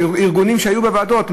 ארגונים שהיו בוועדות,